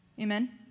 Amen